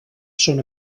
són